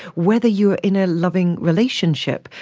whether you are in a loving relationship,